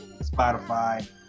Spotify